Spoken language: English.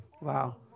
Wow